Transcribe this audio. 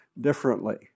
differently